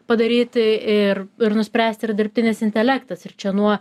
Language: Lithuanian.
padaryti ir ir nuspręsti ar dirbtinis intelektas ir čia nuo